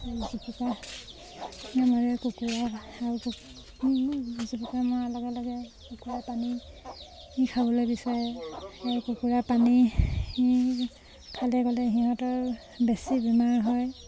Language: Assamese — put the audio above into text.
জুপুকা মাৰে কুকুৰা আৰু জুপুকা মৰাৰ লগে লগে কুকুৰাই পানী খাবলৈ বিচাৰে আৰু এই কুকুৰা পানী খালে ক'লে সিহঁতৰ বেছি বেমাৰ হয়